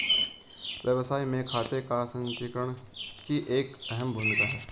व्यवसाय में खाते का संचीकरण की एक अहम भूमिका है